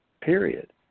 period